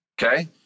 Okay